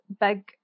big